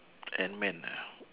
antman ah